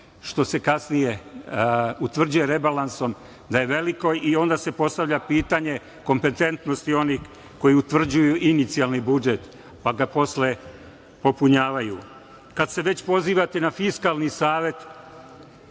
što se kasnije utvrđuje rebalansom da je veliko i onda se postavlja pitanje kompetentnosti onih koji utvrđuju inicijalni budžet, pa ga posle popunjavaju. Kad se već pozivate na Fiskalni savet,